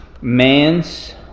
Man's